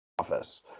office